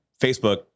Facebook